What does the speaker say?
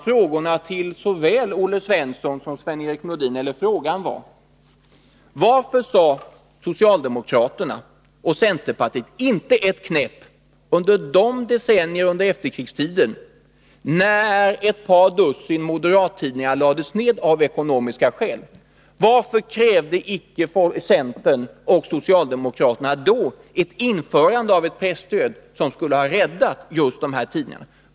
Frågan till såväl Olle Svensson som Sven-Erik Nordin löd: Varför sade socialdemokraterna och centerpartiet inte något under de decennier av efterkrigstiden när ett par dussin moderattidningar lades ned av ekonomiska skäl? Varför krävde icke centern och socialdemokraterna då införande av ett presstöd som skulle ha räddat just dessa tidningar?